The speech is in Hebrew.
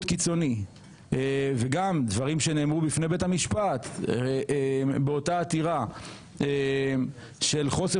קיצוני וגם דברים שנאמרו בפני בית המשפט באותה עתירה של חוסר